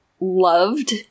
loved